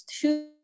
two